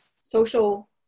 social